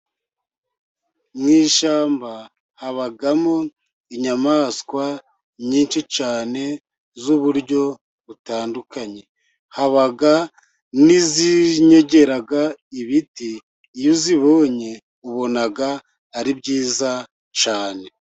Mu ishyamba habamo inyamaswa nyinshi cyane z'uburyo butandukanye. Haba n'izinyegera ibiti. Iyo uzibonye ubona ari byiza cyane.